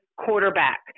quarterback